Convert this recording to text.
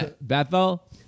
Bethel